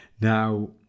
Now